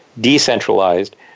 decentralized